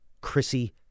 Chrissy